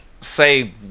say